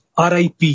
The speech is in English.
RIP